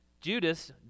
Judas